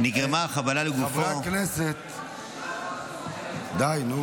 חברי הכנסת, די, נו.